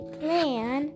plan